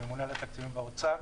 הממונה על התקציבים באוצר,